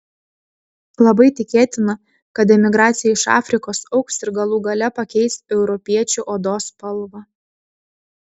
labai tikėtina kad emigracija iš afrikos augs ir galų gale pakeis europiečių odos spalvą